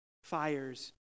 Fires